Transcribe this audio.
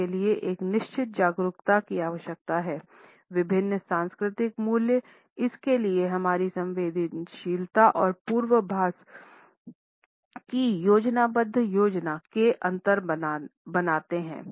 इसके लिए एक निश्चित जागरूकता की आवश्यकता है विभिन्न सांस्कृतिक मूल्य इसके प्रति हमारी संवेदनशीलता और पूर्वाभास की योजनाबद्ध योजना ये अंतर बनाते हैं